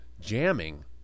jamming